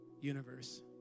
universe